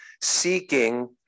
seeking